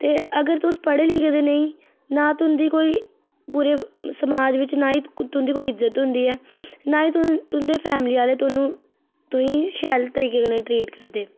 ते अगर तुस पढ़े लिखे दे नेईं नां तुंदे कोई पूरे समाज बिच तुंदी कोई इज्जत होंदी ऐ ना ही तुंदी फैमली आह्ले तुहानू शैल तरीके कन्नै ट्रीट करदे